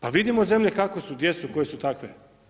Pa vidimo zemlje kako su koje gdje su koje su takve.